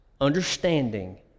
Understanding